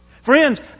Friends